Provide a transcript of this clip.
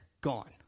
gone